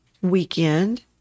weekend